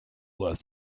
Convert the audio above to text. was